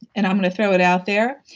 and i'm gonna throw it out there,